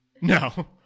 No